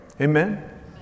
Amen